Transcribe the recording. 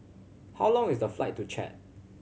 how long is the flight to Chad